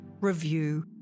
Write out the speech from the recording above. review